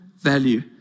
value